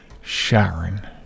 Sharon